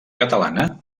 catalana